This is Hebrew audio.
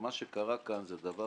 שמה שקרה כאן זה דבר